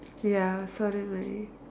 ya sorry my